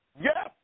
Yes